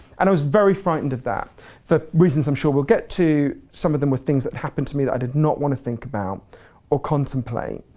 and i was very frightened of that for reasons i'm sure we'll get to, some of them were things that happened to me that i did not wanna think about or contemplate.